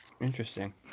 Interesting